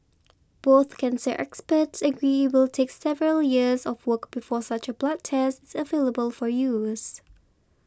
both cancer experts agree it will take several years of work before such a blood test is available for use